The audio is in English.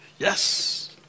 Yes